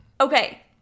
Okay